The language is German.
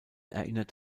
erinnert